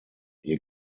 ihr